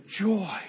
joy